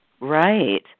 Right